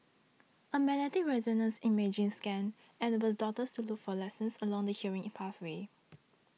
a magnetic resonance imaging scan enables doctors to look for lesions along the hearing pathway